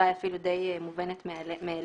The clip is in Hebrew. אולי אפילו די מובנת מאליה.